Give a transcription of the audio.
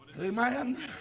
Amen